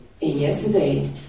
yesterday